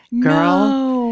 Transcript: girl